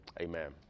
amen